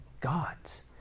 God's